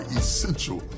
essential